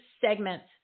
segments